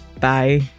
bye